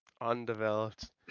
undeveloped